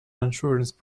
insurance